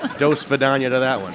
and svidaniya to that one